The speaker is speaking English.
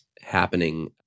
happening